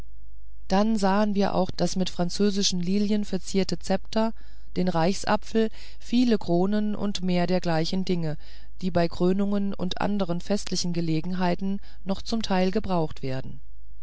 dann sahen wir auch das mit französischen lilien verzierte zepter den reichsapfel viele kronen und mehr dergleichen dinge die bei krönungen und anderen festlichen gelegenheiten noch zum teil gebraucht werden